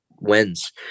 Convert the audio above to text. wins